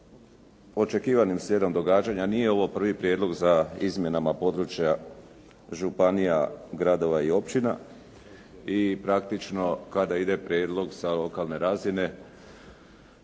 očekivanim slijedom događanja. Nije ovo prvi prijedlog za izmjenama područja županija, gradova i općina i praktično kada ide prijedlog sa lokalne razine,